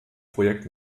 projekt